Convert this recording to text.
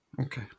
okay